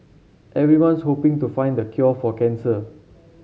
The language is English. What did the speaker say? everyone's hoping to find cure for cancer